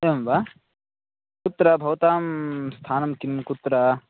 एवं वा कुत्र भवतां स्थानं किं कुत्र